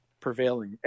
prevailing